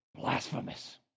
blasphemous